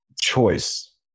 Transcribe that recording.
choice